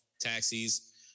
taxis